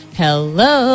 hello